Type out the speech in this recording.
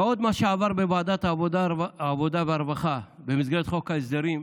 עוד ממה שעבר בוועדת העבודה והרווחה במסגרת חוק ההסדרים,